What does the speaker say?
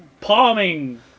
palming